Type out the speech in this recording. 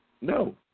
No